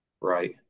right